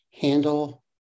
handle